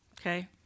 Okay